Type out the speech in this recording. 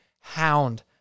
hound